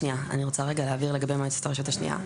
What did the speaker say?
אני רוצה רגע להבהיר לגבי מועצת הרשות השנייה.